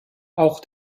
auch